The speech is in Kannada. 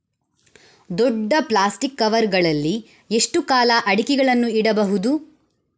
ದೊಡ್ಡ ಪ್ಲಾಸ್ಟಿಕ್ ಕವರ್ ಗಳಲ್ಲಿ ಎಷ್ಟು ಕಾಲ ಅಡಿಕೆಗಳನ್ನು ಇಡಬಹುದು?